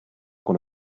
con